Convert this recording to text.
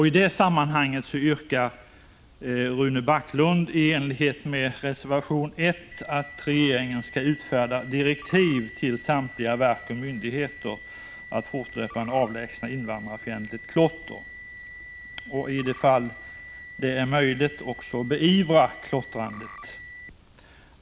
I det sammanhanget yrkar Rune Backlund i reservation 1 att regeringen skall utfärda direktiv till samtliga verk och myndigheter att fortlöpande avlägsna invandrarfientligt klotter och i de fall det är möjligt också beivra klottrandet.